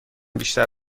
بیشتر